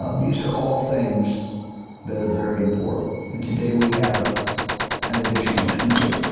ah these are all things that are very important. and today we have an additional tool.